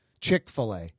Chick-fil-A